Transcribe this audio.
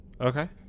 Okay